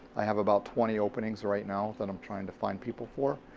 i have about twenty openings right now that i'm trying to find people for.